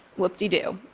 whoop-de-do.